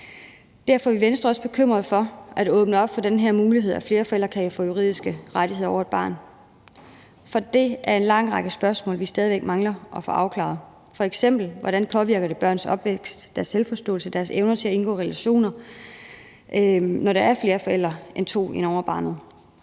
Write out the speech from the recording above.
Derfor er vi i Venstre også bekymrede. Ved at åbne op for den her mulighed for, at flere forældre kan få juridiske rettigheder over et barn, vil der stadig væk være en lang række spørgsmål, som vi mangler at få afklaret, f.eks. spørgsmålet om, hvordan det påvirker børns opvækst, deres selvforståelse, deres evne til at indgå relationer, når der er flere forældre end to inde over barnet.